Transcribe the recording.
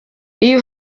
uyu